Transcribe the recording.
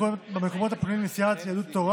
במקומות הפנויים לסיעת יהדות התורה